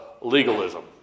legalism